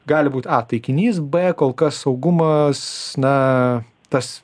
gali būt a taikinys b kol kas saugumas na tas